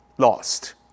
lost